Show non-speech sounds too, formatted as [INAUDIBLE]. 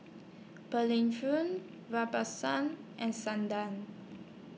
Berlin [UNINTELLIGIBLE] and Sundar